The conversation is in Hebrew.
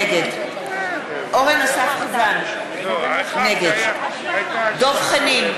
נגד אורן אסף חזן, נגד דב חנין,